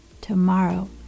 tomorrow